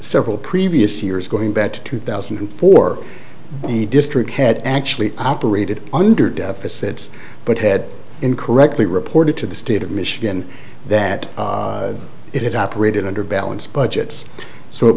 several previous years going back to two thousand and four the district had actually operated under deficits but had incorrectly reported to the state of michigan that it operated under balanced budgets so it